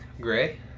Gray